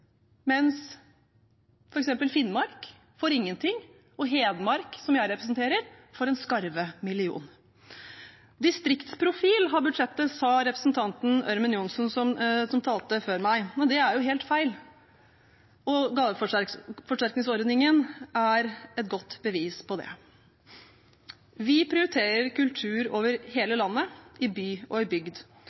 mens f.eks. Finnmark får ingenting, og Hedmark, som jeg representerer, får en skarve million. Budsjettet har distriktsprofil, sa representanten Ørmen Johnsen, som talte før meg. Men det er helt feil, og gaveforsterkningsordningen er et godt bevis på det. Vi prioriterer kultur over hele landet, i by og i bygd,